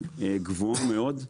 גבוהה מאוד.